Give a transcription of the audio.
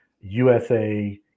USA